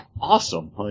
awesome